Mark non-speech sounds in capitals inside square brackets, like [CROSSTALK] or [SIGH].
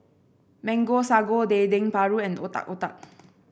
Mango Sago Dendeng Paru and Otak Otak [NOISE]